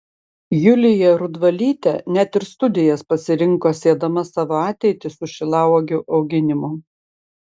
julija rudvalytė net ir studijas pasirinko siedama savo ateitį su šilauogių auginimu